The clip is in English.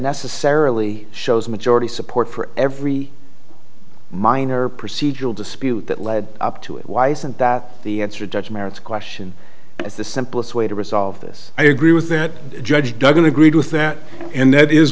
necessarily shows majority support for every minor procedural dispute that led up to it why isn't that the answer dutch merits question is the simplest way to resolve this i agree with that judge duggan agreed with that and that is